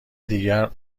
دیگر